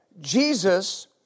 Jesus